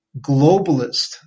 globalist